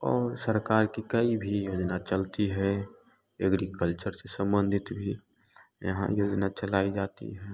और सरकार की कई भी योजना चलती है एग्रीकल्चर से संबंधित भी यहाँ ये योजना चलाई जाती है